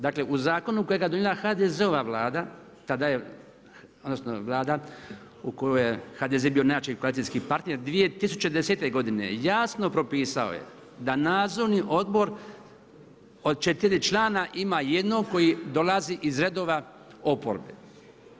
Dakle, u zakonu kojeg je donijela HDZ-ova Vlada, tada je, odnosno, Vlada u kojem je HDZ bio najjači koalicijski partner 2010.g. jasno propisao je da nadzorni odbor od 4 člana ima jednog koji dolazi iz redova oporbe.